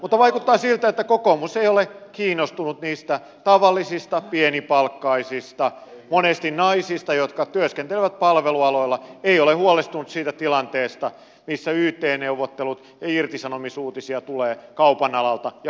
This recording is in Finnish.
mutta vaikuttaa siltä että kokoomus ei ole kiinnostunut niistä tavallisista pienipalkkaisista monesti naisista jotka työskentelevät palvelualoilla ei ole huolestunut siitä tilanteesta missä yt neuvottelu ja irtisanomisuutisia tulee kaupan alalta ja palvelualoilta